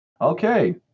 Okay